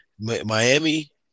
Miami